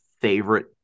favorite